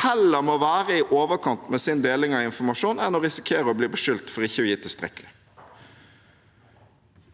heller må være i overkant med sin deling av informasjon enn å risikere å bli beskyldt for ikke å gi tilstrekkelig informasjon.